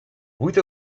vuit